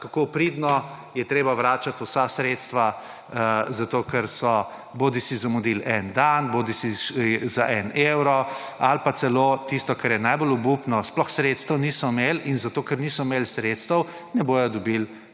kako pridno je treba vračati vsa sredstva zato, ker so bodisi zamudili en dan, bodisi za en evro ali pa celo tisto kar je najbolj obupno, sploh sredstev niso imeli in zato ker niso imeli sredstev, ne bodo dobili,